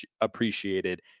appreciated